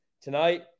Tonight